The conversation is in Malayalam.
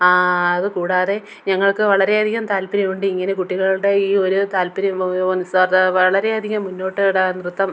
അതുകൂടാതെ ഞങ്ങൾക്ക് വളരെ അധികം താല്പര്യമുണ്ട് ഇങ്ങനെ കുട്ടികളുടെ ഈ ഒരു താൽപ്പര്യം നിസ്സാര വളരെ അധികം മുന്നോട്ട് ഇവിടെ നൃത്തം